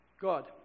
God